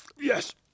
Yes